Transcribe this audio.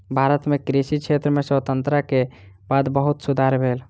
भारत मे कृषि क्षेत्र में स्वतंत्रता के बाद बहुत सुधार भेल